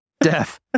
Death